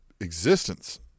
existence